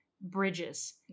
bridges